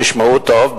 תשמעו טוב,